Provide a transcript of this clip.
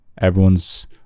Everyone's